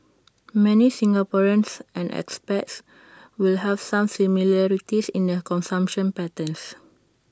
many Singaporeans and expats will have some similarities in their consumption patterns